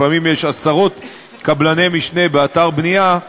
לפעמים יש עשרות קבלני משנה באתר בנייה,